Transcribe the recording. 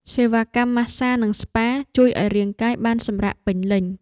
សេវាកម្មម៉ាស្សា និងស្ប៉ា (Spa) ជួយឱ្យរាងកាយបានសម្រាកពេញលេញ។